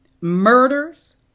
murders